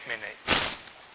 minutes